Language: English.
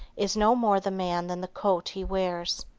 is no more the man than the coat he wears.